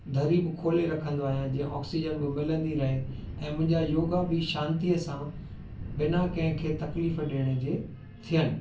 दरी बि खोले रखंदो आहियां जीअं ऑक्सीजन बि मिलंदी रहे ऐं मुंहिंजा योगा बि शांतिअ सां बिना कंहिंखे तकलीफ़ ॾियण जे थियनि